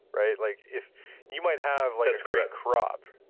right? like if you might have like current crop,